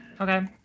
okay